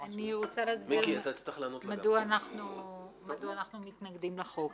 רוצה להסביר מדוע אנחנו מתנגדים לחוק,